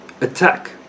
attack